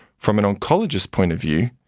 from an oncologist's point of view,